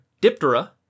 Diptera